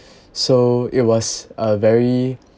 so it was a very